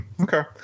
okay